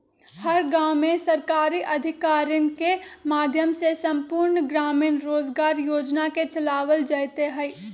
हर गांव में सरकारी अधिकारियन के माध्यम से संपूर्ण ग्रामीण रोजगार योजना के चलावल जयते हई